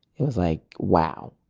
it was like, wow,